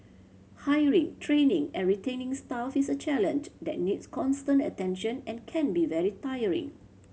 hiring training and retaining staff is a challenge that needs constant attention and can be very tiring